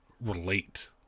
relate